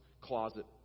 closet